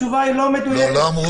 לא מדויק.